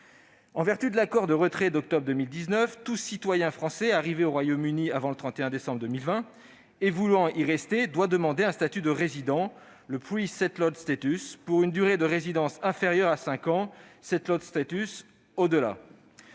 En vertu de l'accord de retrait d'octobre 2019, tout citoyen français arrivé au Royaume-Uni avant le 31 décembre 2020 et voulant y rester doit demander un statut de résident- pour une durée de résidence inférieure à cinq ans, au-delà